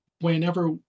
Whenever